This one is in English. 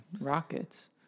Rockets